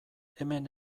hemen